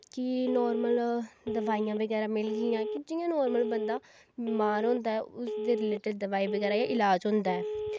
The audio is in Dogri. की नार्मल दवाईयां बगैरा मिलगियां जियां नार्मल बंदा बमार होंदा ऐ उस दे रिलेटिड दवाई बगैरा एह् इलाज़ होंदा ऐ